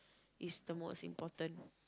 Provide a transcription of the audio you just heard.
is the most important